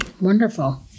Wonderful